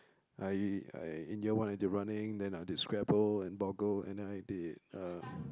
I I in year one I did running then I did scrabble and boggle and then I did uh